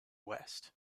west